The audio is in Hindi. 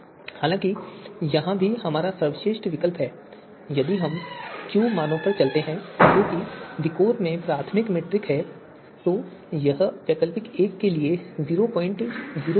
हालाँकि यहाँ भी हमारा सर्वश्रेष्ठ विकल्प है यदि हम Q मानों पर चलते हैं जो कि विकोर में प्राथमिक मीट्रिक है तो यह वैकल्पिक एक के लिए 000 है